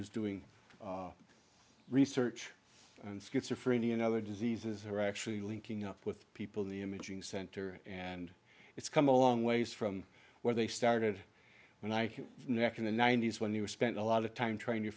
who's doing research and schizophrenia and other diseases are actually linking up with people in the imaging center and it's come a long ways from where they started when i q neck in the ninety's when you spent a lot of time trying to